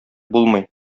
булмый